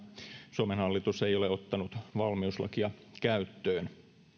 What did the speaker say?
suomen hallitus ei ole ottanut valmiuslakia käyttöön